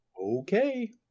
Okay